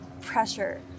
pressure